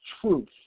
truth